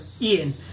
Ian